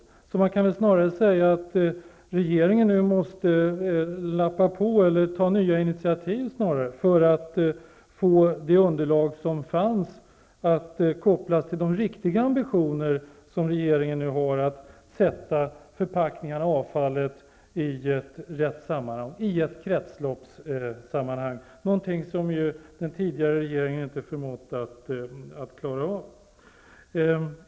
Man kan väl därför snarare säga att regeringen nu måste ta nya initiativ för att koppla det underlag som fanns till de riktiga ambitioner som regeringen nu har att sätta in förpackningarna, avfallet, i rätt sammanhang, i ett kretsloppssammanhang, någonting som den tidigare regeringen inte förmått göra.